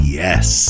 yes